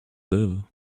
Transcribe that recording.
live